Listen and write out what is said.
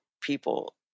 people